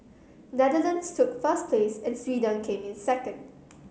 Netherlands took first place and Sweden came in second